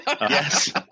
Yes